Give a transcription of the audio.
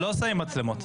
לא שמים מצלמות.